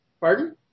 Pardon